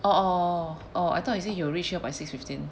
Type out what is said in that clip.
oh orh I thought you say he'll reach here by six fifteen